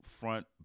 front